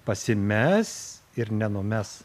pasimes ir nenumes